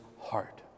heart